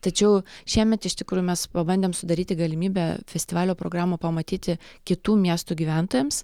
tačiau šiemet iš tikrųjų mes pabandėm sudaryti galimybę festivalio programą pamatyti kitų miestų gyventojams